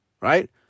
Right